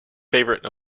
favorite